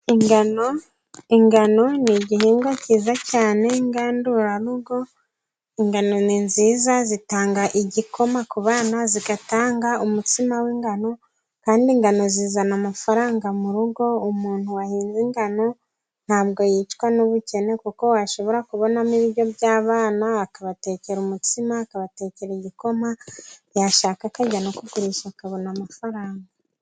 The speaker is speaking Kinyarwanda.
Ingano ni igihingwa cyiza cyane ngandurarugo. Ingano ni nziza zitanga igikoma ku bana, zigatanga umutsima w'ingano, kandi ingano zizana amafaranga mu rugo. Umuntu wahinze ingano, nta bwo yicwa n'ubukene, kuko ashobora kubonamo ibiryo by'abana, akabatekera umutsima, akabatekera igikoma, yashaka akajya no kugurisha akabona amafaranga.